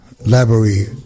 library